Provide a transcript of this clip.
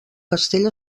castell